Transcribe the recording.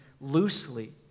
loosely